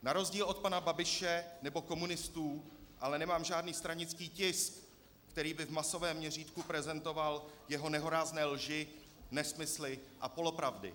Na rozdíl od pana Babiše nebo komunistů ale nemám žádný stranický tisk, který by v masovém měřítku prezentoval jeho nehorázné lži, nesmysly a polopravdy.